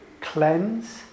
cleanse